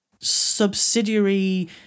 subsidiary